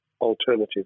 alternative